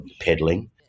peddling